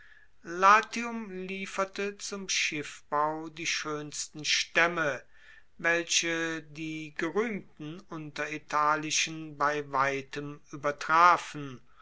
latium lieferte zum schiffbau die schoensten staemme welche die geruehmten unteritalischen bei weitem uebertrafen